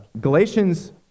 Galatians